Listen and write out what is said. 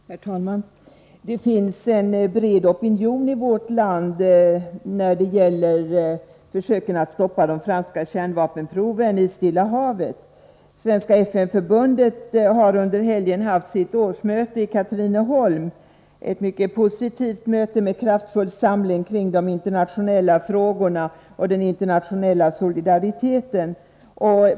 Herr talman! Det finns en bred opinion i vårt land för de försök som görs att stoppa de franska kärnvapenproven i Stilla havet. Svenska FN-förbundet har under helgen hållit sitt årsmöte i Katrineholm, ett mycket positivt möte, med kraftfull samling kring de internationella frågorna och den internationella solidariteten.